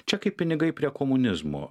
čia kaip pinigai prie komunizmo